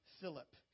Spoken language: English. Philip